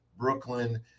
Brooklyn